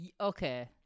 Okay